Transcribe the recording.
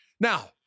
Now